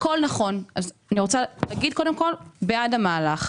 אני בעד המהלך,